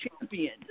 champion